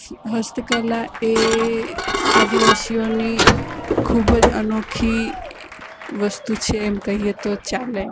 હસ્તકલા એ આદિવાસીઓની ખૂબ જ અનોખી વસ્તુ છે એમ કહીએ તો ચાલે